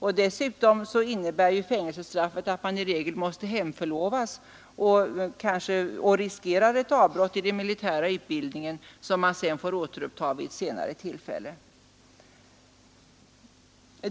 medför. Dessutom innebär ju fängelsestraffet att man som regel måste hemförlovas och riskerar ett avbrott i den militära utbildningen som man sedan får återuppta vid ett senare tillfälle.